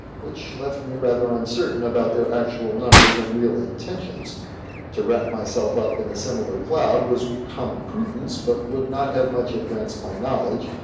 which left me rather uncertain about their actual numbers and real intentions to wrap myself up in a similar cloud was common prudence, but would not have much advanced my knowledge,